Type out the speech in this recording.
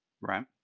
Right